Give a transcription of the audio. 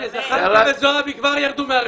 הנה, זחאלקה וזועבי כבר ירדו מהרשימה.